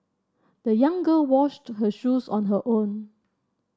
the young girl washed her shoes on her own